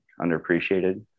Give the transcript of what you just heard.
underappreciated